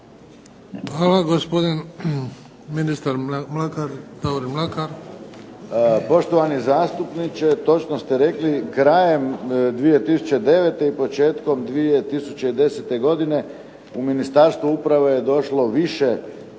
Hvala. Gospodin ministar Davorin Mlakar. **Mlakar, Davorin** Poštovani zastupniče, točno ste rekli, krajem 2009. i početkom 2010. godine u Ministarstvo uprave je došlo više